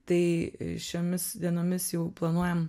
tai šiomis dienomis jau planuojam